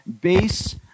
base